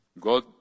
God